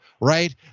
right